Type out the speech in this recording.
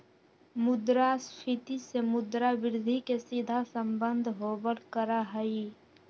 मुद्रास्फीती से मुद्रा वृद्धि के सीधा सम्बन्ध होबल करा हई